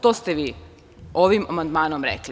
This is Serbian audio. To ste vi ovim amandmanom rekli.